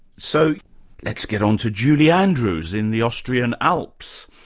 so let's get on to julie andrews in the austrian alps.